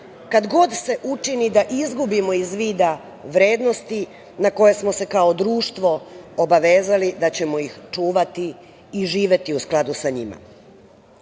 kad god se učini da izgubimo iz vida vrednosti na koje smo se kao društvo obavezali da ćemo ih čuvati i živeti u skladu sa njima. Dužni